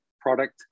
product